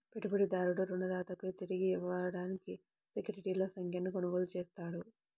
పెట్టుబడిదారుడు రుణదాతకు తిరిగి ఇవ్వడానికి సెక్యూరిటీల సంఖ్యను కొనుగోలు చేస్తాడు